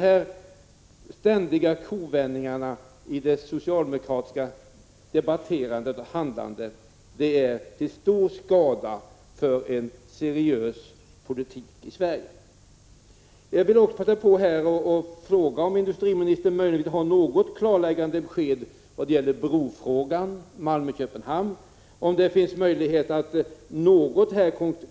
Dessa ständiga kovändningar i det socialdemokratiska debatterandet och handlandet är till stor skada för en seriös politik i Sverige. - Jag vill också passa på att fråga om industriministern möjligen har något klarläggande när det gäller brofrågan Malmö-Köpenhamn, och om det finns möjlighet att något